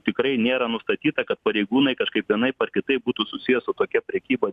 tikrai nėra nustatyta kad pareigūnai kažkaip vienaip ar kitaip būtų susiję su tokia prekyba